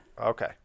okay